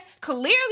clearly